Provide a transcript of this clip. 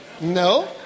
no